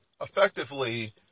effectively